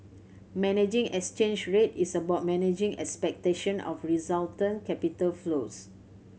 managing exchange rate is about managing expectation of resultant capital flows